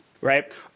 right